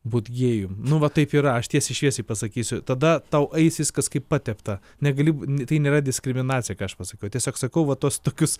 būt gėjum nu vat taip yra aš tiesiai šviesiai pasakysiu tada tau eis viskas kaip patepta negali tai nėra diskriminacija ką aš pasakiau tiesiog sakau va tuos tokius